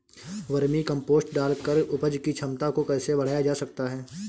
Vermi compost डालकर उपज की क्षमता को कैसे बढ़ाया जा सकता है?